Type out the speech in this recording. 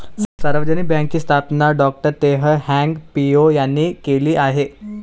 सार्वजनिक बँकेची स्थापना डॉ तेह हाँग पिओ यांनी केली आहे